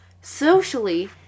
socially